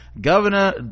Governor